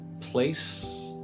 place